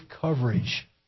coverage